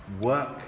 work